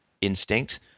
instinct